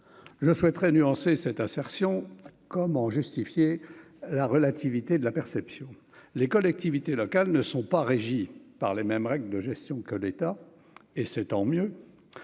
je souhaiterais nuancer cette assertion, comment justifier la relativité de la perception, les collectivités locales ne sont pas régis par les mêmes règles de gestion que l'État et c'est tant mieux,